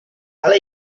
ale